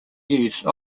use